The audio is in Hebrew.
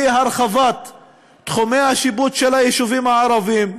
היא הרחבת תחומי השיפוט של היישובים הערביים,